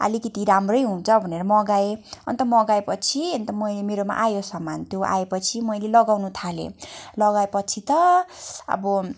अलिकति राम्रै हुन्छ भनेर मगाएँ अन्त मगाए पछि अन्त मैले मेरोमा आयो सामान त्यो आए पछि मैले लगाउनु थालेँ लगाए पछि त अब